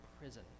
prison